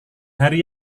hari